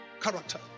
character